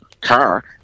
car